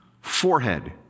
forehead